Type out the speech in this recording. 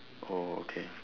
oh okay